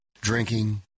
Drinking